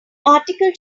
article